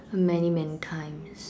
many many times